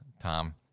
Tom